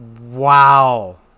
wow